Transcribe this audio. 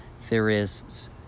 theorists